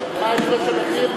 מה ההבדל במחיר,